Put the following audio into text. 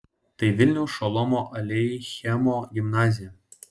tai vilniaus šolomo aleichemo gimnazija